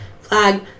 flag